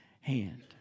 hand